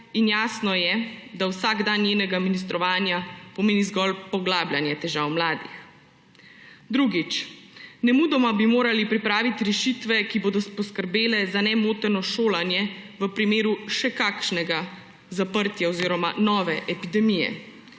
in jasno je, da vsak dan njenega ministrovanja pomeni zgolj poglabljanje težav mladih. Drugič. Nemudoma bi morali pripraviti rešitve, ki bodo poskrbele za nemoteno šolanje v primeru še kakšnega zaprtja oziroma nove epidemije.